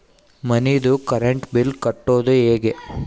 ಮನಿದು current bill ಕಟ್ಟೊದು ಹೇಗೆ?